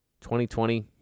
2020